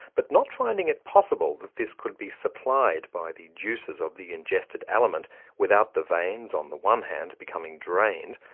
but not finding it possible that this could be supplied by the juices of the ingested aliment without the veins on the one hand becoming drained,